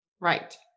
Right